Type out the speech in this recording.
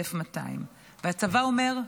1,200. והצבא אומר: